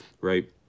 right